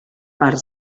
part